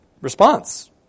response